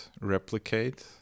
replicate